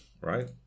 right